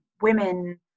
women